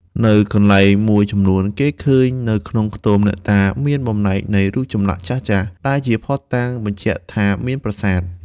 នៅកន្លែងមួយចំនួន គេឃើញនៅក្នុងខ្ទមអ្នកតា មានបំណែកនៃរូបចម្លាក់ចាស់ៗ ដែលជាភ័ស្តុតាងបញ្ជាក់ថាមានប្រាសាទ។